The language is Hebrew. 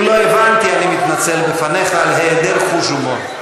אם לא הבנתי, אני מתנצל בפניך על היעדר חוש הומור.